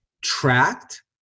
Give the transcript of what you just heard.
tracked